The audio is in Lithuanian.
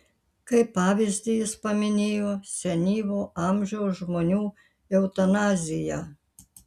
kaip pavyzdį jis paminėjo senyvo amžiaus žmonių eutanaziją